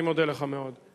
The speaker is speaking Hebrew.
אני מודה לך מאוד.